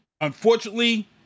unfortunately